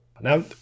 Now